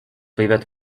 võivad